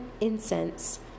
incense